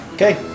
Okay